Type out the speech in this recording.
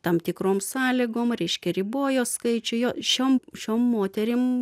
tam tikrom sąlygom reiškia ribojo skaičių jo šiom šiom moterim